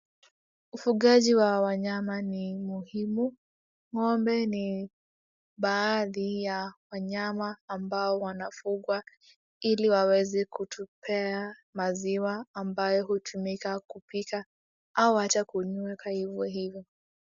Ufugaji wa wanyama ni muhimu. Ng'ombe ni baadhi ya wanyama ambao wanafugwa ili waweze kutupea maziwa ambayo hutumika kupika au ata kunyweka ivo ivo.